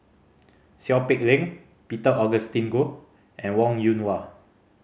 Seow Peck Leng Peter Augustine Goh and Wong Yoon Wah